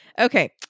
okay